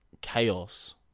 chaos